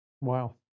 Wow